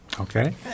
Okay